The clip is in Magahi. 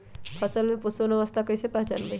फसल में पुष्पन अवस्था कईसे पहचान बई?